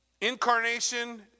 incarnation